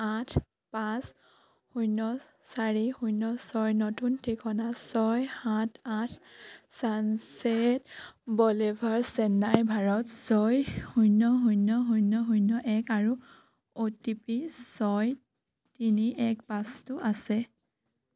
আঠ পাঁচ শূন্য চাৰি শূন্য ছয় নতুন ঠিকনা ছয় সাত আঠ ছানছেট ব'লেভাৰ্ড চেন্নাই ভাৰত ছয় শূন্য শূন্য শূন্য শূন্য এক আৰু অ' টি পি ছয় তিনি এক পাঁচটো আছে